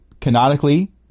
canonically